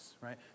right